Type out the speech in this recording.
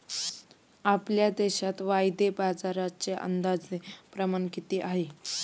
आपल्या देशात वायदे बाजाराचे अंदाजे प्रमाण किती आहे?